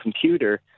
computer